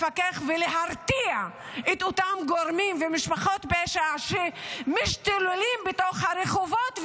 לפקח ולהרתיע את אותם גורמים ומשפחות שמשתוללים בתוך הרחובות.